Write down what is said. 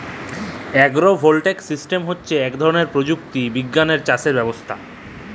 আগ্র voltaic system হচ্যে ইক ধরলের প্রযুক্তি বিজ্ঞালের চাসের ব্যবস্থা